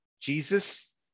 Jesus